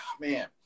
man